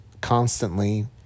constantly